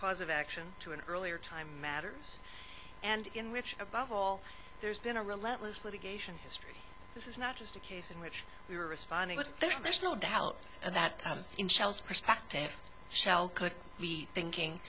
cause of action to an earlier time matters and in which above all there's been a relentless litigation history this is not just a case in which we are responding with there's no doubt that in shell's perspective shell could be thinking